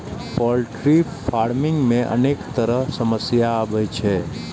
poultry farming मे अनेक तरहक समस्या आबै छै